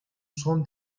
son